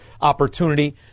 opportunity